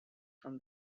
from